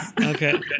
Okay